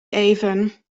even